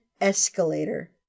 escalator